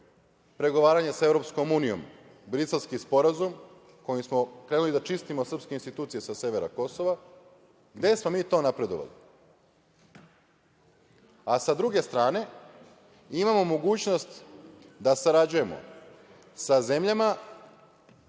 pregovaranje sa Evropskom unijom? Briselski sporazum kojim smo krenuli da čistimo srpske institucije sa severa Kosova. Gde smo mi to napredovali? Sa druge strane, imamo mogućnost da sarađujemo sa zemljama